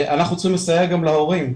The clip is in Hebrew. אנחנו צריכים לסייע גם להורים.